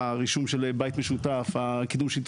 במשכנתא ומס רכוש, אני מבין.